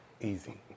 Easy